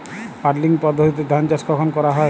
Puddling পদ্ধতিতে ধান চাষ কখন করা হয়?